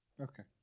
okay